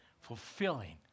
fulfilling